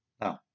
No